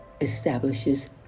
establishes